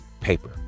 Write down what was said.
paper